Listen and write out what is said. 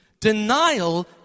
Denial